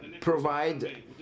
provide